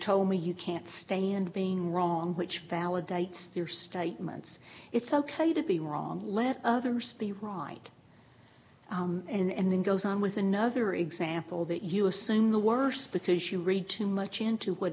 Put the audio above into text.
told me you can't stand being wrong which validates your statements it's ok to be wrong let others be ride and then goes on with another example that you assume the worst because you read too much into what